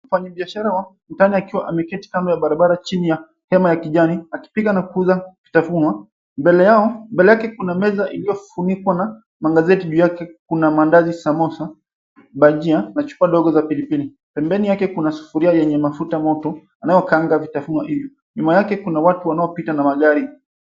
Mfanyibiashara wa mtaani akiwa ameketi kando ya barabara chini ya hema ya kijani akipika na kuuza vitafunwa. Mbele yao, mbele yake kuna meza iliyofunikwa na magazeti juu yake kuna maandazi, samosa, bajia na chupa ndogo za pilipili. Pembeni yake kuna sufuria yenye mafuta moto yanayokaanga vitafunwa hivyo. Nyuma yake kuna watu wanaopita na magari.